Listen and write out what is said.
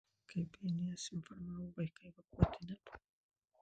kaip bns informavo vaikai evakuoti nebuvo